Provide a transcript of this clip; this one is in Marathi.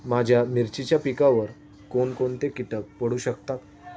माझ्या मिरचीच्या पिकावर कोण कोणते कीटक पडू शकतात?